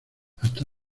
hasta